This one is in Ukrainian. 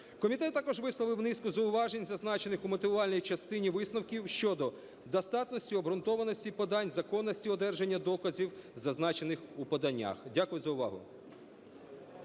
Комітет також висловив низку зауважень, зазначених у мотивувальній частині висновків, щодо достатності і обґрунтованості подань, законності одержання доказів, зазначених у поданнях. Дякую за увагу.